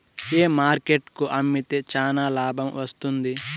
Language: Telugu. ఏ మార్కెట్ కు అమ్మితే చానా లాభం వస్తుంది?